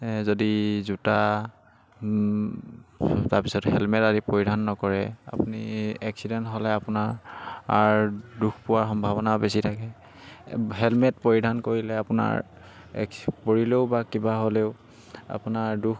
যদি জোতা তাৰপিছত হেলমেট আদি পৰিধান নকৰে আপুনি এক্সিডেণ্ট হ'লে আপোনাৰ দুখ পোৱাৰ সম্ভাৱনা বেছি থাকে হেলমেট পৰিধান কৰিলে আপোনাৰ এক্সি পৰিলেও বা কিবা হ'লেও আপোনাৰ দুখ